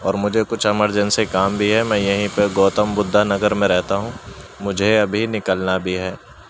اور مجھے کچھ ایمرجنسی کام بھی ہے میں یھیں پے گوتم بدھا نگر میں رہتا ہوں مجھے ابھی نکلنا بھی ہے